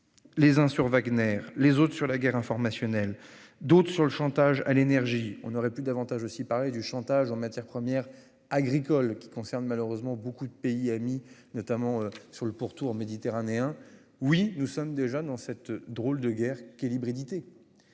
certains sur Wagner, d'autres sur la guerre informationnelle, d'autres enfin sur le chantage à l'énergie. Nous aurions pu également parler davantage du chantage aux matières premières agricoles, qui concerne malheureusement beaucoup de pays amis, notamment sur le pourtour méditerranéen. Oui, nous sommes déjà dans cette drôle de guerre qu'est l'hybridité.